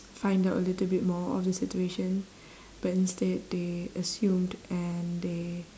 find out a little bit more of the situation but instead they assumed and they